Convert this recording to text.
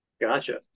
Gotcha